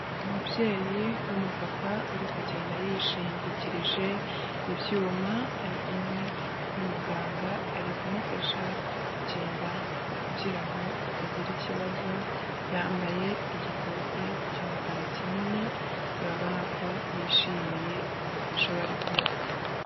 Umubyeyi w'umupapa uri kugenda yishingikirije ibyuma, ari kumwe n'umuganga, ari kumufasha kugenda kugira ngo atagira ikibazo, yambaye igikote cy'umukara kinini, urabona ko yishimiye ubufasha bari kumuha.